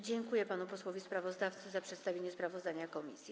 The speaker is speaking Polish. Dziękuję panu posłowi sprawozdawcy za przedstawienie sprawozdania komisji.